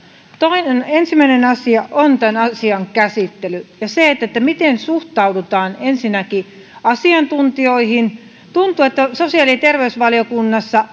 ensimmäinen asia on tämän asian käsittely ja se miten suhtaudutaan ensinnäkin asiantuntijoihin tuntuu että sosiaali ja terveysvaliokunnassa